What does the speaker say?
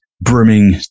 brimming